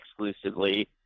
exclusively